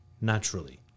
naturally